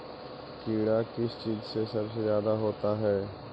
कीड़ा किस चीज से सबसे ज्यादा होता है?